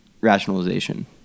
rationalization